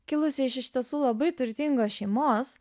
kilusi iš iš tiesų labai turtingos šeimos